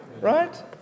right